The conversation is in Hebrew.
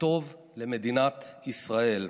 שטוב למדינת ישראל.